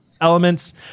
elements